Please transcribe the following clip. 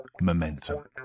momentum